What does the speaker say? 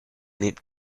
knit